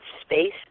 space